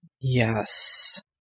Yes